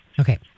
Okay